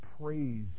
praise